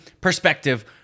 perspective